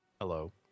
hello